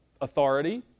authority